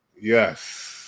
Yes